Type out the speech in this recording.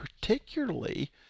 particularly